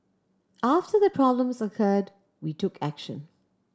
after the problems occurred we took action